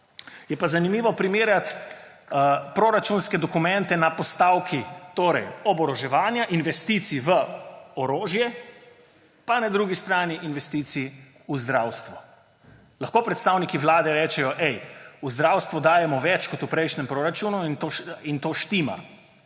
Je pa zanimivo primerjati proračunske dokumente na postavki oboroževanja, investicij v orožje in na drugi strani investicij v zdravstvo. Lahko predstavniki Vlade rečejo, ej, v zdravstvo dajemo več kot v prejšnjem proračunu, in to štima.